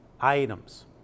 items